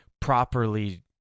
properly